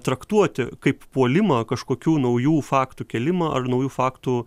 traktuoti kaip puolimą kažkokių naujų faktų kėlimą ar naujų faktų